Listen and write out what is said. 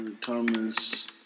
Thomas